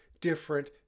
different